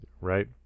right